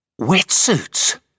Wetsuits